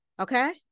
okay